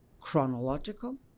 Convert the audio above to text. chronological